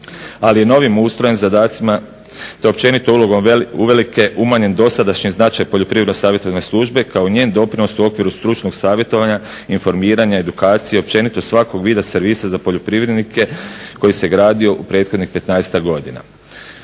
ali je novim ustrojem zadacima te općenito ulogom uvelike umanjen dosadašnji značaj Poljoprivredno savjetodavne službe kao njen doprinos u okviru stručnog savjetovanja, informiranja, edukacije i općenito svakog vida servisa za poljoprivrednike koji se gradio u prethodnih 15-tak godina.